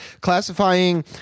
classifying